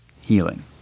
healing